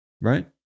right